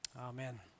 Amen